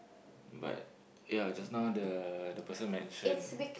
but ya just now the the person mention